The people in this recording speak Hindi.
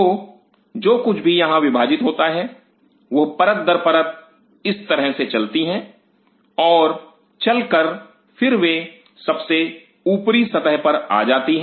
तो जो कुछ भी यहाँ विभाजित होता है वह परत दर परत इस तरह से चलती हैं और चल कर फिर वे सबसे ऊपरी स्तर पर आ जाती है